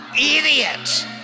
Idiot